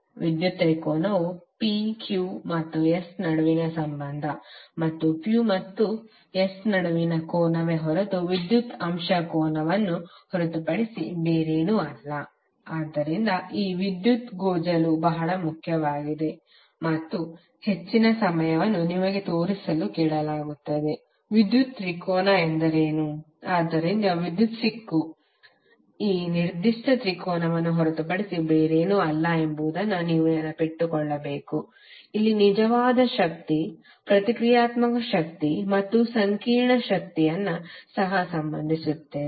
ವಿದ್ಯುತ್ ತ್ರಿಕೋನವು P Q ಮತ್ತು S ನಡುವಿನ ಸಂಬಂಧ ಮತ್ತು P ಮತ್ತು S ನಡುವಿನ ಕೋನವೇ ಹೊರತು ವಿದ್ಯುತ್ ಅಂಶ ಕೋನವನ್ನು ಹೊರತುಪಡಿಸಿ ಬೇರೇನೂ ಅಲ್ಲ ಆದ್ದರಿಂದ ಈ ವಿದ್ಯುತ್ ಗೋಜಲು ಬಹಳ ಮುಖ್ಯವಾಗಿದೆ ಮತ್ತು ಹೆಚ್ಚಿನ ಸಮಯವನ್ನು ನಿಮಗೆ ತೋರಿಸಲು ಕೇಳಲಾಗುತ್ತದೆ ವಿದ್ಯುತ್ ತ್ರಿಕೋನ ಎಂದರೇನು ಆದ್ದರಿಂದ ವಿದ್ಯುತ್ ಸಿಕ್ಕು ಈ ನಿರ್ದಿಷ್ಟ ತ್ರಿಕೋನವನ್ನು ಹೊರತುಪಡಿಸಿ ಬೇರೇನೂ ಅಲ್ಲ ಎಂಬುದನ್ನು ನೀವು ನೆನಪಿಟ್ಟುಕೊಳ್ಳಬೇಕು ಅಲ್ಲಿ ನಿಜವಾದ ಶಕ್ತಿ ಪ್ರತಿಕ್ರಿಯಾತ್ಮಕ ಶಕ್ತಿ ಮತ್ತು ಸಂಕೀರ್ಣ ಶಕ್ತಿಯನ್ನು ಸಹ ಸಂಬಂಧಿಸುತ್ತೇವೆ